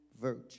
virtue